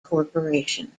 corporation